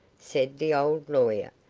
said the old lawyer,